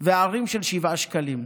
וערים של 7 שקלים.